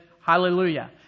hallelujah